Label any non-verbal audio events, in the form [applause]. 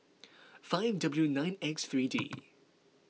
five W nine X three D [noise]